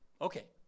okay